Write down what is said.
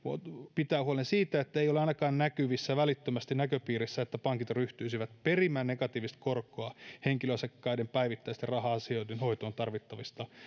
pitää huolen siitä ettei ole näkyvissä ainakaan välittömästi näköpiirissä että pankit ryhtyisivät perimään negatiivista korkoa henkilöasiakkaiden päivittäisten raha asioiden hoitoon tarvittavista